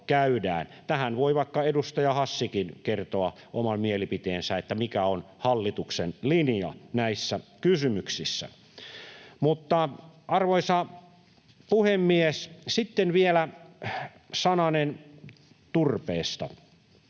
Tähän voi vaikka edustaja Hassikin kertoa oman mielipiteensä, mikä on hallituksen linja näissä kysymyksissä. Arvoisa puhemies! Sitten vielä sananen turpeesta.